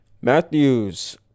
matthews